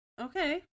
Okay